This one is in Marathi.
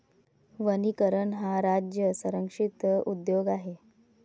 वनीकरण हा राज्य संरक्षित उद्योग आहे